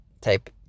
type